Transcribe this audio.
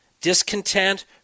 discontent